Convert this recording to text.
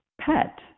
pet